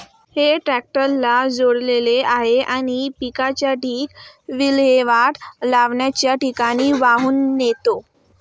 हे ट्रॅक्टरला जोडलेले आहे आणि पिकाचा ढीग विल्हेवाट लावण्याच्या ठिकाणी वाहून नेतो